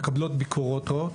מקבלות ביקורות רעות,